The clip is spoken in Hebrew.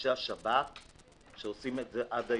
מאנשי השב"כ שעושים את זה עד היום,